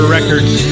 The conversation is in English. Records